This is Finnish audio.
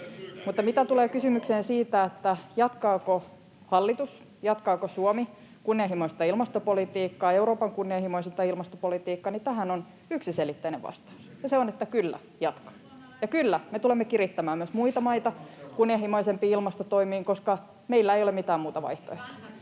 Mitä tulee kysymykseen siitä, jatkaako hallitus ja jatkaako Suomi kunnianhimoista ilmastopolitiikkaa, Euroopan kunnianhimoisinta ilmastopolitiikkaa, niin tähän on yksiselitteinen vastaus, ja se on, että kyllä jatkaa. Ja kyllä, me tulemme kirittämään myös muita maita kunnianhimoisempiin ilmastotoimiin, koska meillä ei ole mitään muuta vaihtoehtoa.